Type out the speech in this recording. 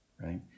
Right